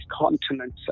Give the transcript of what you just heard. continents